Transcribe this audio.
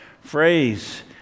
phrase